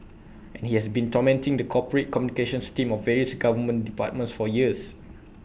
and he has been tormenting the corporate communications team of various government departments for years